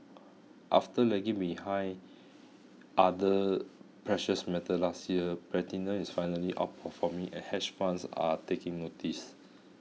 after lagging behind other precious metals last year platinum is finally outperforming and hedge funds are taking notice